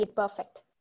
Perfect